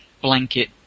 blanket